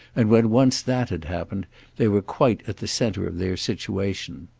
and when once that had happened they were quite at the centre of their situation.